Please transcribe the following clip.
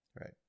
Right